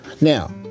Now